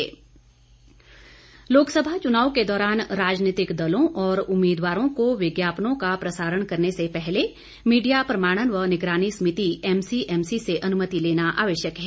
DC Una Lok Sabha चुनाव के दौरान राजनीतिक दलों और उम्मीदवारों को विज्ञापनों का प्रसारण करने से पहले मीडिया प्रमाणन व निगरानी समिति एमसीएमसी से अनुमति लेना आवश्यक है